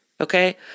Okay